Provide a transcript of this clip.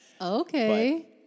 Okay